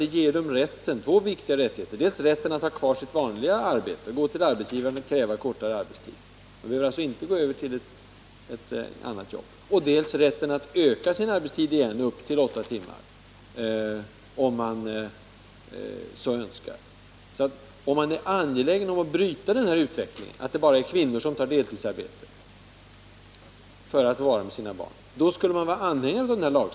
Vi ger dem två viktiga rättigheter: dels rätten att ha kvar sitt vanliga arbete, att kunna gå till arbetsgivaren och kräva kortare arbetstid — man behöver alltså inte ta ett annat arbete —, dels rätten att på nytt öka arbetstiden upp till åtta timmar, om så önskas. Är man alltså angelägen om att ändra på det förhållandet att det bara är kvinnor som tar deltidsarbete för att vara tillsammans med sina barn, bör man vara anhängare av denna lag.